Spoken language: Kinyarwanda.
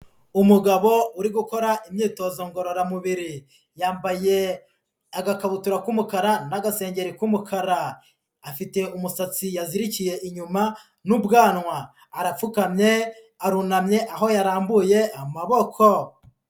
Umugabo uri gukora imyitozo ngororamubiri, yambaye agakabutura k'umukara n'agasengeri k'umukara, afite umusatsi yazirikiye inyuma n'ubwanwa, arapfukamye arunamye aho yarambuye amaboko.